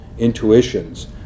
intuitions